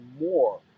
more